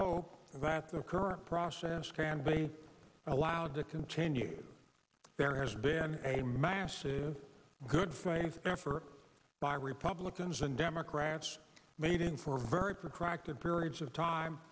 hope that the current process can be allowed to continue there has been a massive good faith effort by republicans and democrats meeting for a very protracted periods of time